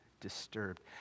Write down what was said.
disturbed